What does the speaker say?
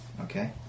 Okay